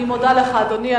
אני מודה לך, אדוני.